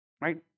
right